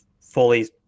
fully